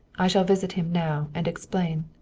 i shall visit him now and explain.